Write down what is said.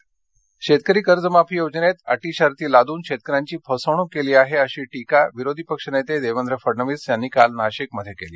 फडनविस नाशिक शेतकरी कर्जमाफी योजनेत अटी शर्ती लादून शेतकऱ्यांची फसवणूक केली आहे अशी टीका विरोधी पक्ष नेते देवेंद्र फडणवीस यांनी काल नाशिकमध्ये केली